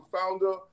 founder